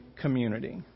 community